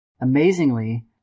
Amazingly